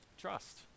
trust